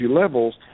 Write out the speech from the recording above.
levels